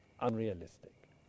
unrealistic